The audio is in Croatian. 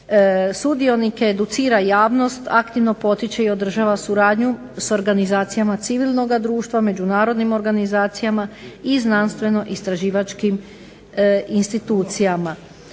sudionike, educira javnost, aktivno potiče i održava suradnju sa organizacijama civilnog društva, međunarodnim organizacijama, i znanstveno istraživačkim institucijama.